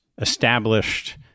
established